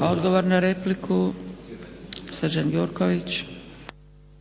**Zgrebec, Dragica